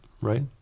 right